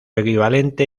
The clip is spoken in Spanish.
equivalente